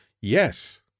Yes